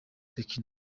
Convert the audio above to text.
tecno